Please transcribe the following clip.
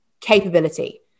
capability